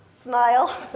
smile